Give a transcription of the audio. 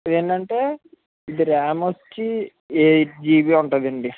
ఇదేంటంటే ఇది ర్యామ్ వచ్చి ఎయిట్జిబి ఉంటాడండి